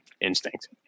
instinct